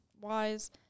wise